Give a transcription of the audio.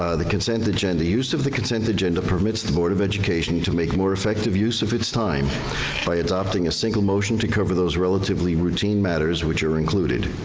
ah the consent agenda, use of the consent agenda permits the board of education to make more effective use of its time adopting a single motion to cover those relatively routine matters which are included.